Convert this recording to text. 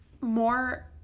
more